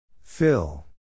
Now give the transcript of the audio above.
Phil